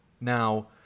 Now